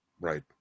Right